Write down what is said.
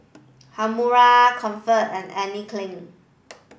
Haruma Comfort and Anne Klein